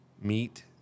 meat